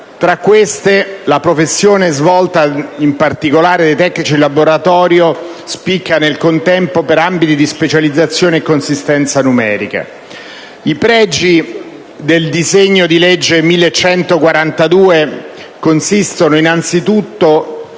Tra queste, la professione svolta in particolare dai tecnici di laboratorio spicca, nel contempo, per ambiti di specializzazione e consistenza numerica. I pregi del disegno di legge n. 1142 consistono, innanzitutto